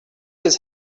his